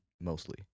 mostly